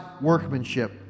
workmanship